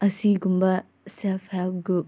ꯑꯁꯤꯒꯨꯝꯕ self help group